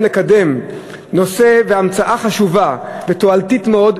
לקדם נושא והמצאה חשובה ותועלתית מאוד,